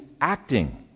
acting